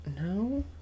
No